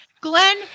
Glenn